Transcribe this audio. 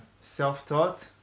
self-taught